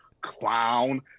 Clown